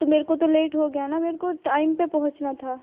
तो मेरे को तो लेट हो गया न मेरे को टाइम पर पहुँचना था